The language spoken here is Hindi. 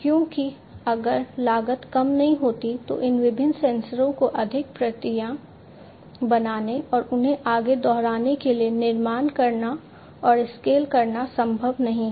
क्योंकि अगर लागत कम नहीं होती है तो इन विभिन्न सेंसरों की अधिक प्रतियां बनाने और उन्हें आगे दोहराने के लिए निर्माण करना और स्केल करना संभव नहीं है